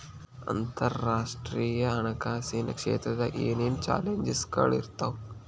ಅಂತರರಾಷ್ಟ್ರೇಯ ಹಣಕಾಸಿನ್ ಕ್ಷೇತ್ರದಾಗ ಏನೇನ್ ಚಾಲೆಂಜಸ್ಗಳ ಇರ್ತಾವ